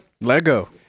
Lego